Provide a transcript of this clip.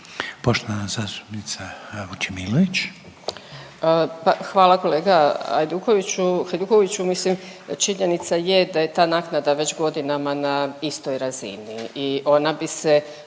Vesna (Hrvatski suverenisti)** Hvala kolega Hajdukoviću, Hajdukoviću. Mislim, činjenica je da je ta naknada već godinama na istoj razini i ona bi se